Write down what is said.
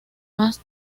más